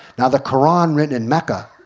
now the koran written in mecca